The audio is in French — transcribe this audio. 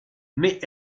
mais